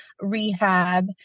rehab